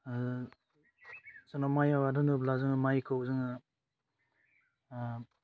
जोंनाव माइ आबाद होनोब्ला जोङो मायखौ जोङो